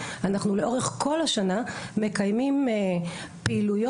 אנחנו לאורך כל השנה מקיימים פעילויות